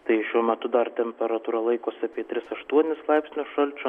tai šiuo metu dar temperatūra laikosi apie tris aštuonis laipsnius šalčio